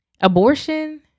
Abortion